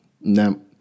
No